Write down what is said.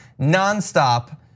nonstop